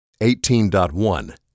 18.1